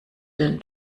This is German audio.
den